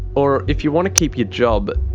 or if you want to keep your job,